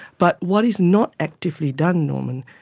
but what is not actively done, norman,